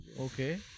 Okay